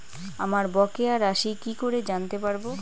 আমার বকেয়া রাশি কি করে জানতে পারবো?